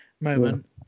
moment